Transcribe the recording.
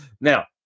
Now